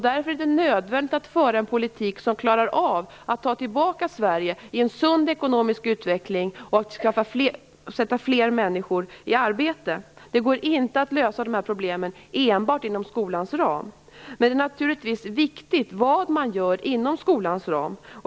Därför är det nödvändigt att föra en politik som klarar av att ta tillbaka Sverige i en sund ekonomisk utveckling och att sätta fler människor i arbete. Det går inte att lösa de här problemen enbart inom skolans ram. Men naturligtvis är det viktigt vad man gör inom skolans ram.